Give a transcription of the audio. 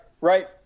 Right